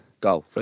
Go